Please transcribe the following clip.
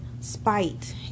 spite